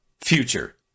future